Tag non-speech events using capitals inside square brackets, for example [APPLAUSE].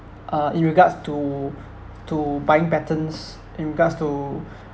uh in regards to [BREATH] to buying patterns in regards to [BREATH]